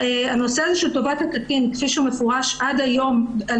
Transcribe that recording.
הנושא של "טובת הקטין" כפי שהוא מפורש עד היום על